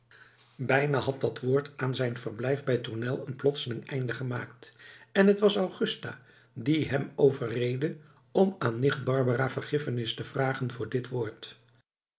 bijna had dat woord aan zijn verblijf bij tournel een plotseling einde gemaakt en t was augusta die hem overreedde om aan nicht barbara vergiffenis te vragen voor dit woord